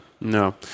No